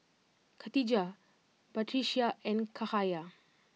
Khatijah Batrisya and Cahaya